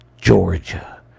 Georgia